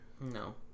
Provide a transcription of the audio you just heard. No